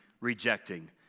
rejecting